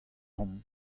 omp